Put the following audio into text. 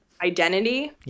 identity